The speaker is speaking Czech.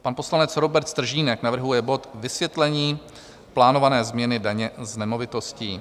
Pan poslanec Robert Stržínek navrhuje bod Vysvětlení plánované změny daně z nemovitostí.